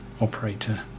operator